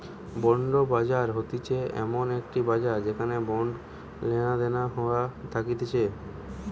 bond বাজার হতিছে এমন একটি বাজার যেখানে বন্ড লেনাদেনা হইয়া থাকতিছে